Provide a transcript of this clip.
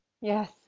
Yes